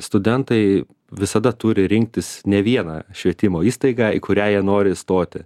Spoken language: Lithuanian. studentai visada turi rinktis ne vieną švietimo įstaigą į kurią jie nori įstoti